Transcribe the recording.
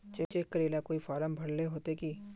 Cheque करेला कोई form भरेले होते की?